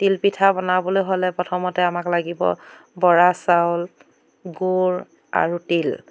তিলপিঠা বনাবলৈ হ'লে প্ৰথমতে আমাক লাগিব বৰা চাউল গুৰ আৰু তিল